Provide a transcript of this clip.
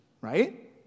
right